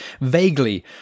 vaguely